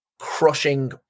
crushing